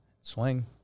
Swing